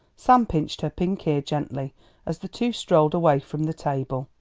sam pinched her pink ear gently as the two strolled away from the table.